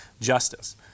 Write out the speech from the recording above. justice